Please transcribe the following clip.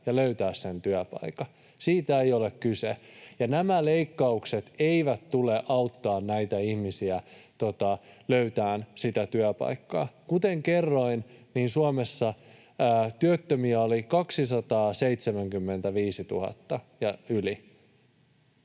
ja löytää työpaikan, siitä ei ole kyse, ja nämä leikkaukset eivät tule auttamaan näitä ihmisiä löytämään sitä työpaikkaa. Kuten kerroin, niin Suomessa työttömiä oli 275 000 ja yli.